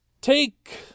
Take